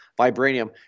Vibranium